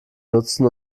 nutzen